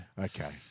Okay